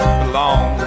belong